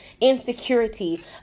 insecurity